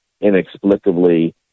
inexplicably